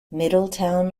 middletown